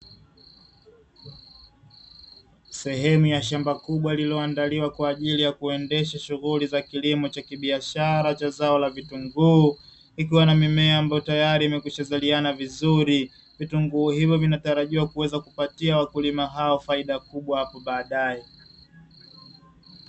Sehemu ya shamba kubwa liloandaliwa kwa ajili ya kuendesha shughuli za kilimo cha kibiashara cha zao la vitunguu, ikiwa na mimea ambayo tayari imekwisha zaliana vizuri, vitunguu hivyo vinatarajiwa kuweza kupatia wakulima hao faida kubwa hapo baadae.